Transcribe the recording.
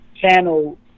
channel